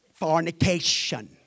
Fornication